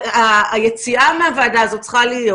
אז היציאה מהוועדה הזאת צריכה להיות